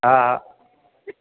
हा हा